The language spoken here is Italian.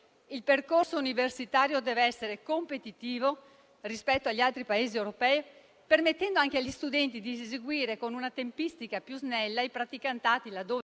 Il percorso universitario deve essere competitivo rispetto agli altri Paesi europei, permettendo anche agli studenti di seguire con una tempistica più snella i praticantati, laddove